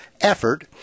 effort